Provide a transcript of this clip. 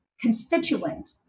constituent